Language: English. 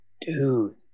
dude